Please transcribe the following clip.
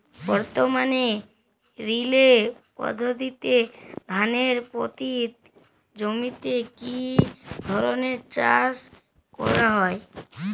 বর্তমানে রিলে পদ্ধতিতে ধানের পতিত জমিতে কী ধরনের চাষ করা হয়?